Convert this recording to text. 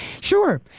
Sure